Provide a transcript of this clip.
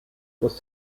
was